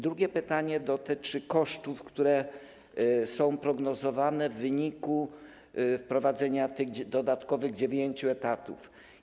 Drugie pytanie dotyczy kosztów, które są prognozowane w wyniku wprowadzenia tych dodatkowych dziewięciu etatów.